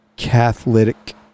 Catholic